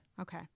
Okay